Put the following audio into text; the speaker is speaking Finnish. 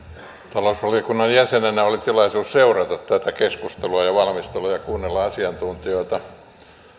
talousvaliokunnan jäsenenä oli tilaisuus seurata tätä keskustelua ja valmistelua ja kuunnella asiantuntijoita